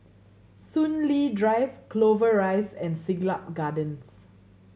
Soon Lee Drive Clover Rise and Siglap Gardens